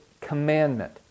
commandment